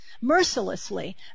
mercilessly